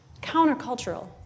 countercultural